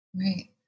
Right